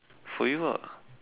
for you ah